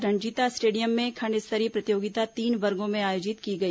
Ranjeeta stadium में खंड स्तरीय प्रतियोगिता तीन वर्गों में आयोजित की गई